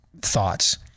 thoughts